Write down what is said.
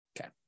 Okay